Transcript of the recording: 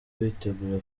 witeguye